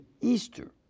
Easter